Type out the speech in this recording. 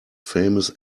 famous